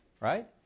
right